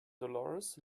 dolores